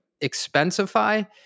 Expensify